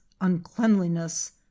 uncleanliness